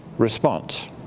response